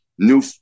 New